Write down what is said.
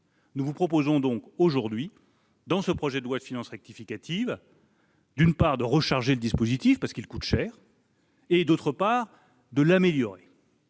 Nous vous proposons donc aujourd'hui, par le biais de ce projet de loi de finances rectificative, d'une part de recharger le dispositif existant, parce qu'il coûte cher, et d'autre part de l'améliorer.